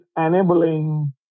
enabling